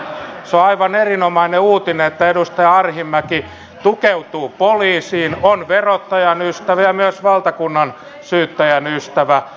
se on aivan erinomainen uutinen että edustaja arhinmäki tukeutuu poliisin on verottajan ystävä ja myös valtakunnansyyttäjän ystävä